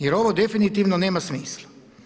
Jer ovo definitivno nema smisla.